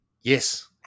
Yes